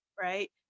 right